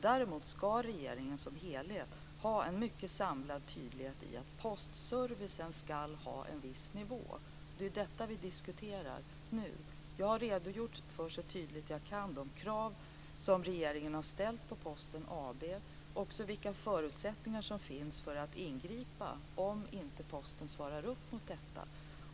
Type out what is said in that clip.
Däremot ska regeringen som helhet ha en mycket samlad tydlighet i att postservicen ska vara på en viss nivå, och det är detta vi diskuterar nu. Jag har så tydligt jag kan redogjort för de krav som regeringen har ställt på Posten AB och för vilka förutsättningar som finns för att ingripa om Posten inte svarar upp mot dessa.